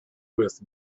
with